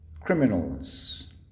criminals